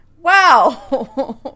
wow